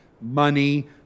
money